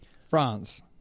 France